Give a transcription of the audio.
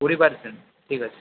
কুড়ি পার্সেন্ট ঠিক আছে